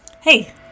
Hey